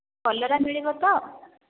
କଲରା ମିଳିବ ତ